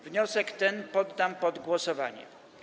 Wniosek ten poddam pod głosowanie.